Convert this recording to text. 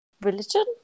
religion